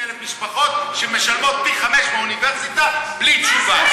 50,000 משפחות שמשלמות פי-חמישה מהאוניברסיטה בלי תשובה.